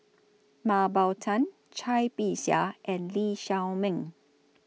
Mah Bow Tan Cai Bixia and Lee Shao Meng